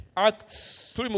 Acts